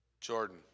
Jordan